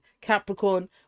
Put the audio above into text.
Capricorn